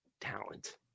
talent